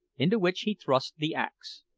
into which he thrust the axe.